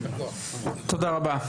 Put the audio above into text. תודה רבה.